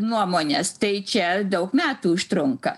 nuomones tai čia daug metų užtrunka